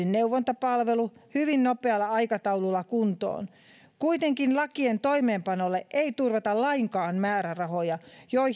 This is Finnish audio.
neuvontapalvelu hyvin nopealla aikataululla kuntoon kuitenkaan lakien toimeenpanolle ei turvata lainkaan määrärahoja